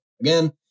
again